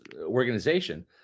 organization